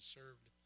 served